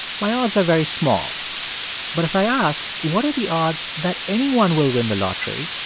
my odds are very small but if i ask, what are the odds that anyone will win the lottery,